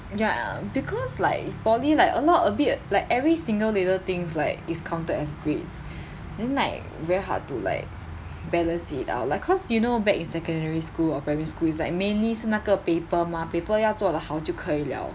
ya because like poly like a lot a bit like every single little things like is counted as grades then like very hard to like balance it out like cause you know back in secondary school or primary school is like mainly 是那个 paper mah paper 要做的好就可以了